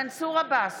מנסור עבאס,